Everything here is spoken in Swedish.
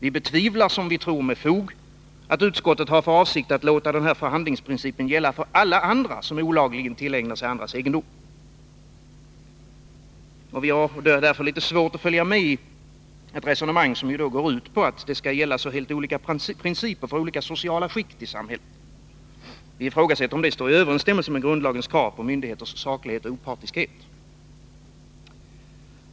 Vi betvivlar — som vi tror med fog — att utskottet har för avsikt att låta förhandlingsprincipen gälla för alla andra som olagligen tillägnar sig andras egendom. Vi har därför lite svårt att följa med i ett resonemang som går ut på att det skall gälla så helt olika principer för olika sociala skikt i samhället. Vi ifrågasätter om det står i överstämmelse med grundlagens krav på myndigheters saklighet och opartiskhet.